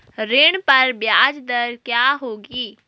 ऋण पर ब्याज दर क्या होगी?